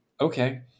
Okay